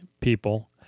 People